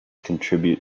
contribute